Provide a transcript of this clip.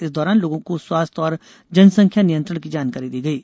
इस दौरान लोगों को स्वास्थ्य और जनसंख्या नियंत्रण की जानकारी दी गयी